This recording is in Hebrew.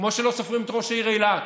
כמו שלא סופרים את ראש העיר אילת.